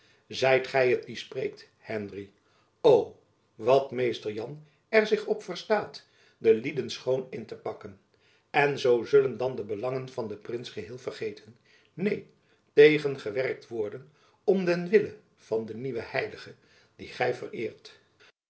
gy het die spreekt henry o wat mr jan er zich op verstaat de lieden schoon in te pakken en zoo zullen dan de belangen van den prins geheel vergeten neen jacob van lennep elizabeth musch tegengewerkt worden om den wille van den nieuwen heilige dien gy vereert